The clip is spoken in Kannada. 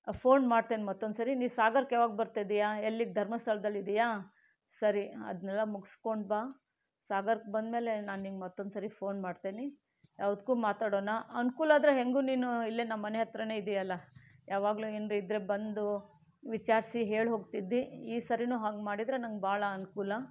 ಫೋನ್ ಮಾಡ್ತೀನಿ ಮತ್ತೊಂದ್ಸರಿ ನೀ ಸಾಗರಕ್ಕೆ ಯಾವಾಗ ಬರ್ತಾಯಿದ್ದಿಯಾ ಎಲ್ಲಿ ಧರ್ಮಸ್ಥಳದಲ್ಲಿದ್ದೀಯಾ ಸರಿ ಅದನ್ನೆಲ್ಲ ಮುಗಿಸ್ಕೊಂಡು ಬಾ ಸಾಗರಕ್ಕೆ ಬಂದ ಮೇಲೆ ನಾನು ನಿನಗೆ ಮತ್ತೊಂದು ಸರಿ ಫೋನ್ ಮಾಡ್ತೀನಿ ಯಾವುದಕ್ಕೂ ಮಾತಾಡೋಣ ಅನುಕೂಲಾದ್ರೆ ಹೇಗೂ ನೀನು ಇಲ್ಲೇ ನಮ್ಮ ಮನೆ ಹತ್ರನೇ ಇದ್ದೀಯಲ್ಲ ಯಾವಾಗಲೂ ಹಿಂದೆ ಇದ್ರೆ ಬಂದು ವಿಚಾರಿಸಿ ಹೇಳಿ ಹೋಗ್ತಿದ್ದಿ ಈ ಸರಿನೂ ಹಾಗೆ ಮಾಡಿದ್ರೆ ನನಗೆ ಭಾಳ ಅನುಕೂಲ